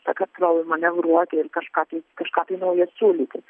sakartvelui manevruoti ir kažką tai kažką tai naujo siūlyti